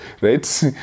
right